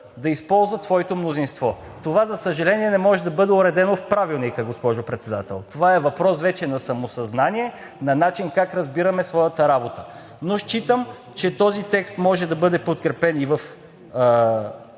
да използват своето мнозинство. Това, за съжаление, не може да бъде уредено в Правилника, госпожо Председател. Това е въпрос вече на самосъзнание, на начин как разбираме своята работа, но считам, че този текст може да бъде подкрепен и в